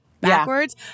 backwards